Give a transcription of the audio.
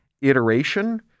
iteration